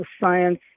science